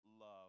love